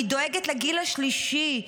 היא דואגת לגיל השלישי,